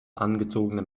angezogene